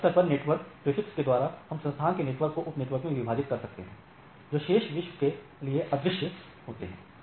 शीश स्तर पर नेटवर्क प्रीफिक्स के द्वारा हम संस्थान के नेटवर्क को उप नेटवर्कों में विभाजित कर सकते हैं जो शेष विश्व के लिए अदृश्य होते हैं